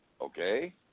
Okay